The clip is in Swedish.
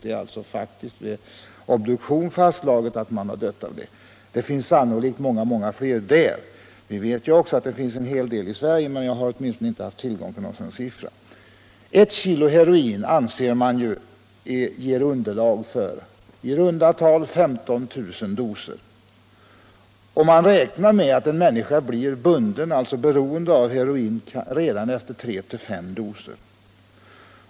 Det är alltså faktiskt genom obduktion fastslaget att människor har dött av det. Och det finns sannolikt många fler fall där. Vi vet ju också att det finns en hel del sådana fall i Sverige, men åtminstone jag har inte haft tillgång till någon siffra. Det anses att ett kilogram heroin ger underlag för i runda tal 15 000 doser, och man räknar med att en människa blir bunden, dvs. beroende av heroinet, redan efter 3-5 doser.